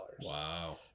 Wow